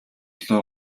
луу